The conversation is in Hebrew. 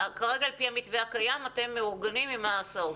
אבל כרגע על פי המתווה הקיים אתם מאורגנים עם ההסעות?